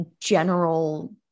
general